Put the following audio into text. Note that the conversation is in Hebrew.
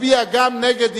מצביע גם נגד אי-אמון.